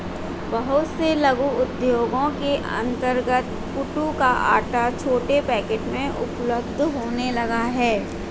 बहुत से लघु उद्योगों के अंतर्गत कूटू का आटा छोटे पैकेट में उपलब्ध होने लगा है